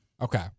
Okay